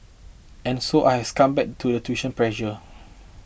and so I has succumbed to the tuition pressure